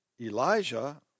Elijah